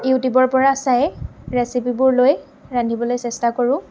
ইউটিউবৰ পৰা চাই ৰেচিপিবোৰ লৈ ৰান্ধিবলৈ চেষ্টা কৰোঁ